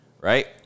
right